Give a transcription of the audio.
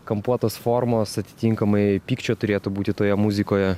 kampuotos formos atitinkamai pykčio turėtų būti toje muzikoje